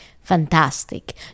Fantastic